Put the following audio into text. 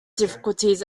difficulties